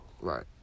right